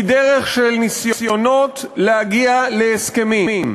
היא דרך של ניסיונות להגיע להסכמים.